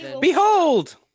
Behold